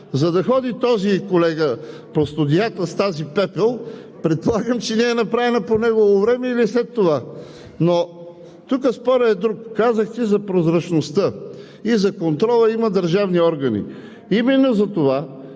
за да ходи този колега по студиата с тази пепел, предполагам, че не е направена по негово време или след това. Тук спорът е друг. Казахте: за прозрачността и за контрола има държавни органи. Именно затова